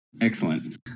Excellent